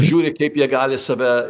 žiūri kaip jie gali save